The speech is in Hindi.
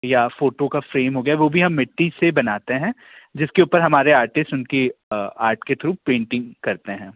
या फ़ोटो का फ़्रेम हो गया वो भी हम मिट्टी से बनाते हैं जिसके ऊपर हमारे आर्टिस्ट उनके आर्ट के थ्रू पेंटिंग करते हैं